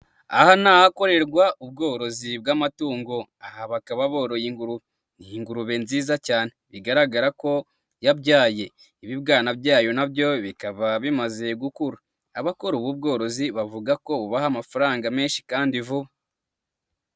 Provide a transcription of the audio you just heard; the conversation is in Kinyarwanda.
Aha ni ahakorerwa ubworozi bw'amatungo, aha bakaba boroye ingurube, ni ingurube nziza cyane, igaragara ko yabyaye, ibibwana byayo nabyo bikaba bimaze gukura, abakora ubu bworozi bavuga ko bubaha amafaranga menshi kandi vuba.